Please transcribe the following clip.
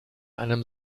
einem